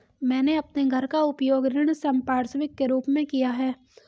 मैंने अपने घर का उपयोग ऋण संपार्श्विक के रूप में किया है